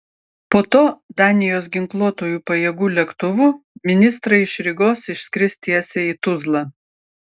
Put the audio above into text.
po to danijos ginkluotųjų pajėgų lėktuvu ministrai iš rygos išskris tiesiai į tuzlą